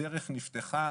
הדרך נפתחה,